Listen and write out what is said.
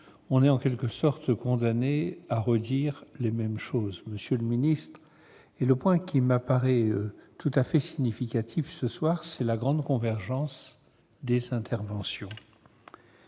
on est en quelque sorte condamné à redire les mêmes choses. Le point qui m'apparaît tout à fait significatif ce soir est la grande convergence des interventions.